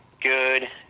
good